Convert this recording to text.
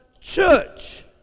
church